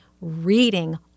reading